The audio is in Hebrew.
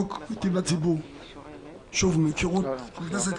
כפי שטוען היועץ המשפטי